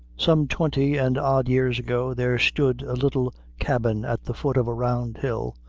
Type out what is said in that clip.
some twenty and odd years ago there stood a little cabin at the foot of a round hill,